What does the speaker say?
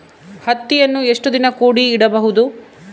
ಹತ್ತಿಯನ್ನು ಎಷ್ಟು ದಿನ ಕೂಡಿ ಇಡಬಹುದು?